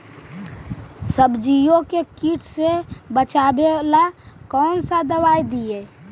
सब्जियों को किट से बचाबेला कौन सा दबाई दीए?